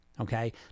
okay